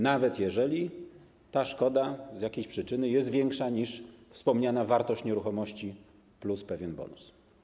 Nawet jeżeli ta szkoda z jakiejś przyczyny jest większa niż wspomniana wartość nieruchomości plus pewien bonus.